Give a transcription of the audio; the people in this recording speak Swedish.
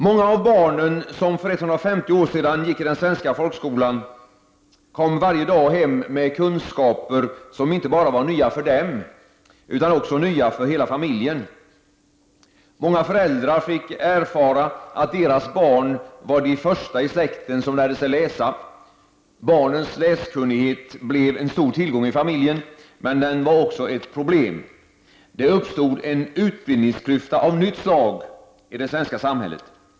Många av barnen som för 150 år sedan gick i den svenska folkskolan kom varje dag hem med kunskaper som var nya inte bara för dem, utan också för hela familjen. Många föräldrar fick erfara att deras barn var de första i släkten som lärde sig läsa. Barnens läskunnighet blev en stor tillgång i familjen, men den var också ett problem. Det uppstod en utbildningsklyfta av nytt slag i det svenska samhället.